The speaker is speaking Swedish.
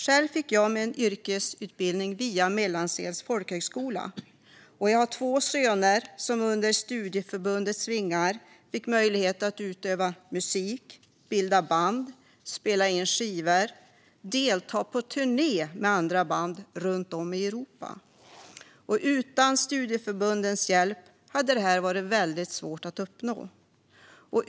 Själv fick jag min yrkesutbildning via Mellansels folkhögskola, och jag har två söner som under studieförbundets vingar fick möjlighet att utöva musik och bilda band, spela in skivor och turnera med andra band runt om i Europa. Utan studieförbundens hjälp hade detta varit väldigt svårt att uppnå.